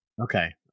Okay